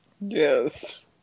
Yes